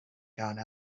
gone